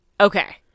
Okay